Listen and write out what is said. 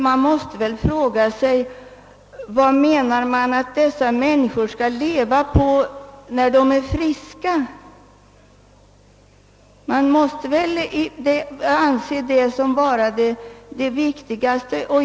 Man måste fråga sig vad dessa människor skall leva på när de är friska.